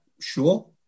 Sure